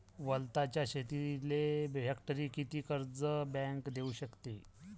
वलताच्या शेतीले हेक्टरी किती कर्ज बँक देऊ शकते?